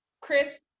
Chris